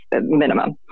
minimum